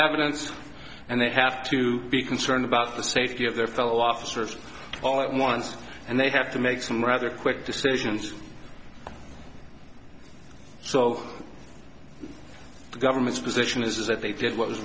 evidence and they have to be concerned about the safety of their fellow officers all at once and they have to make some rather quick decisions so the government's position is that they did what was